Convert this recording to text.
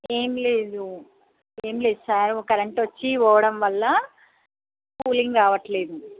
ఏంలేదు ఏంలేదు సార్ కరెంటొచ్చి పోవడం వల్ల కూలింగ్ రావట్లేదు